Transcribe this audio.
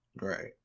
Right